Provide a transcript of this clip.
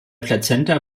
plazenta